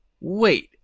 wait